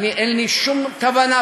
אין לי שום כוונה,